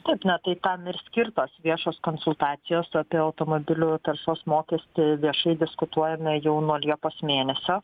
kad na tai tam ir skirtos viešos konsultacijos apie automobilių taršos mokestį viešai diskutuojame jau nuo liepos mėnesio